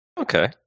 okay